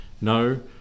no